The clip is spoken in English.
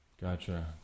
Gotcha